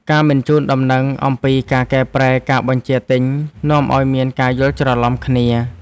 ការមិនជូនដំណឹងអំពីការកែប្រែការបញ្ជាទិញ នាំឱ្យមានការយល់ច្រឡំគ្នា។